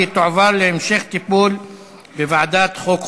והיא תועבר להמשך טיפול בוועדת החוקה,